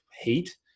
heat